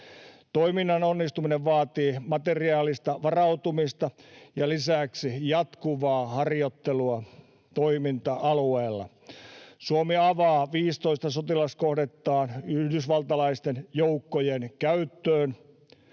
Toiminnan onnistuminen vaatii materiaalista varautumista ja lisäksi jatkuvaa harjoittelua toiminta-alueella. Suomi avaa 15 sotilaskohdettaan yhdysvaltalaisten joukkojen käyttöön.